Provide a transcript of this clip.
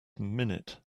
minute